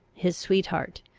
his sweetheart,